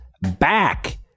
back